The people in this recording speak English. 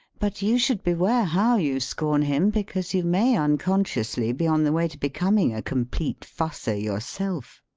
but you should beware how you scorn him, because you may unconsciously be on the way to becoming a complete fusser yourself.